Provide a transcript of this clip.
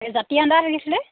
এই জাতি আদা লাগিছিলে